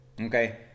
Okay